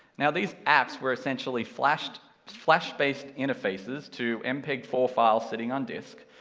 now these apps were essentially flash-based flash-based interfaces to mpeg four files sitting on disk,